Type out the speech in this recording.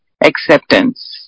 Acceptance